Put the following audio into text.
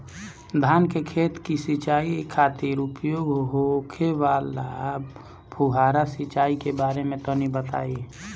धान के खेत की सिंचाई खातिर उपयोग होखे वाला फुहारा सिंचाई के बारे में तनि बताई?